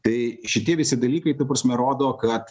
tai šitie visi dalykai ta prasme rodo kad